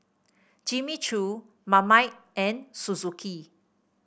Jimmy Choo Marmite and Suzuki